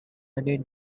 many